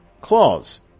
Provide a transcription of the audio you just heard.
Claws